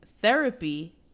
Therapy